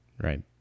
right